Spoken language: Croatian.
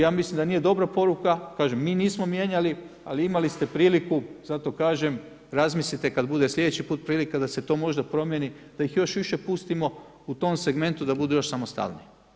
Ja mislim da nije dobra poruka, kažem mi nismo mijenjali ali imali ste priliku zato kažem razmislite kada bude sljedeći prilika da se to možda promijeni, da ih još više pustimo u tom segmentu da budu još samostalniji.